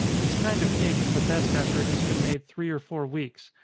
this kind of cake is the best after it has been made three or four weeks,